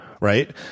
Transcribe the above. Right